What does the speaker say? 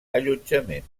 allotjament